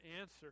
answer